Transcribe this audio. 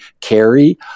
carry